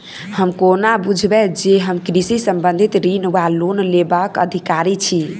हम कोना बुझबै जे हम कृषि संबंधित ऋण वा लोन लेबाक अधिकारी छी?